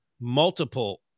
multiple